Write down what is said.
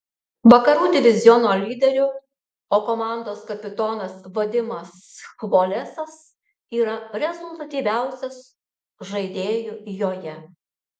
vakarų diviziono lyderiu o komandos kapitonas vadimas chvolesas yra rezultatyviausias žaidėju joje